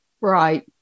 Right